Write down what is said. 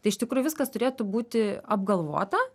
tai iš tikrų viskas turėtų būti apgalvota